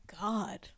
God